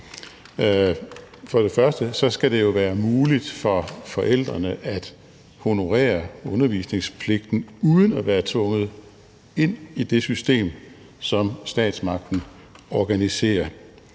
For det første skal det være muligt for forældrene at honorere undervisningspligten uden at være tvunget ind i det system, som statsmagten organiserer.